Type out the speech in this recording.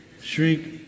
shrink